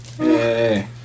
Yay